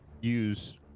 use